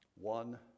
One